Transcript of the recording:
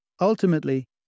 Ultimately